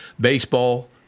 baseball